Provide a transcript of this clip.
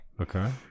Okay